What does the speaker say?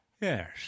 Yes